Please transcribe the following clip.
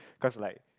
cause like